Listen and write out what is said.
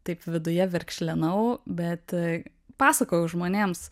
taip viduje verkšlenau bet pasakojau žmonėms